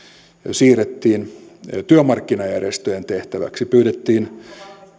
siirrettiin työmarkkinajärjestöjen tehtäväksi pyydettiin